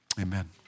Amen